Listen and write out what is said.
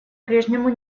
прежнему